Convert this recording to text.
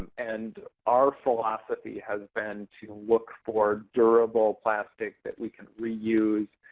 and our philosophy has been to look for durable plastic that we can reuse.